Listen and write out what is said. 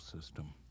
system